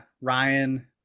Ryan